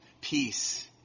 peace